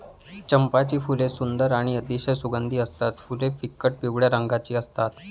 चंपाची फुले सुंदर आणि अतिशय सुगंधी असतात फुले फिकट पिवळ्या रंगाची असतात